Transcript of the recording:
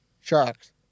Sharks